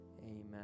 Amen